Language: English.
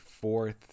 fourth